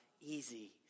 easy